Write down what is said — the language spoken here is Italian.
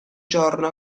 giorno